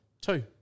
Two